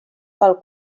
pel